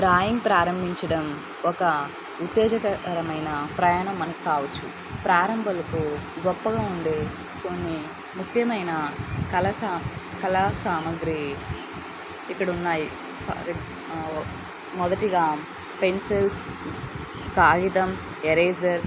drawing ప్రారంభించడం ఒక ఉత్తేజకరమైన ప్రయాణం మనకు కావచ్చు ప్రారంభికులకు గొప్పగా ఉండే కొన్ని ముఖ్యమైన కళ సా కళా సామాగ్రి ఇక్కడున్నాయి మొదటిగా పెన్సిల్స్ కాగితం ఎరేజర్